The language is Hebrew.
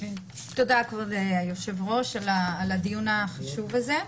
תודה, כבוד היושב-ראש, על הדיון החשוב הזה.